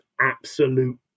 absolute